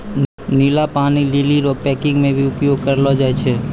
नीला पानी लीली रो पैकिंग मे भी उपयोग करलो जाय छै